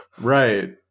Right